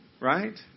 right